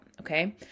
Okay